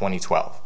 and twelve